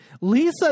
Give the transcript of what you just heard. Lisa